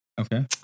okay